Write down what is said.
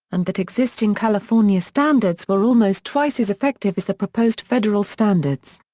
and that existing california standards were almost twice as effective as the proposed federal standards.